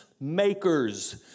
Makers